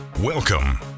Welcome